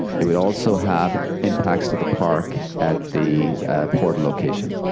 it would also have impacts to the park at the port location.